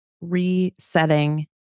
resetting